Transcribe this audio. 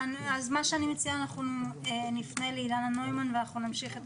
אני מציעה שנפנה לאילנה נוימן ונמשיך את